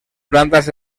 plantas